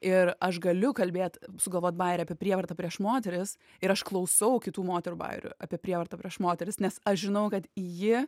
ir aš galiu kalbėt sugalvot bajerį apie prievartą prieš moteris ir aš klausau kitų moterų bajerių apie prievartą prieš moteris nes aš žinau kad ji